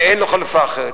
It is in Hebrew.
ואין לו חלופה אחרת.